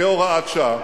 כהוראת שעה,